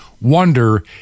Wonder